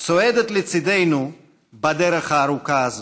צועדת לצידנו בדרך הארוכה הזאת.